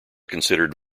considered